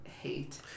hate